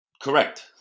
Correct